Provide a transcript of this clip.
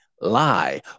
lie